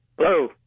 Hello